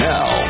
Now